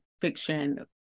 fiction